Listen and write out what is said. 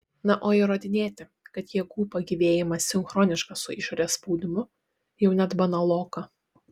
na o įrodinėti kad jėgų pagyvėjimas sinchroniškas su išorės spaudimu jau net banaloka